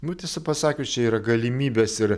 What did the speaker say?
nu tiesą pasakius čia yra galimybės ir